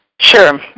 Sure